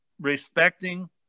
respecting